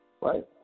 right